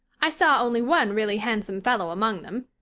i saw only one really handsome fellow among them.